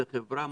זה חברה?